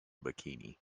bikini